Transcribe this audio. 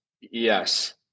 Yes